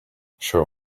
show